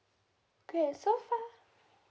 okay so far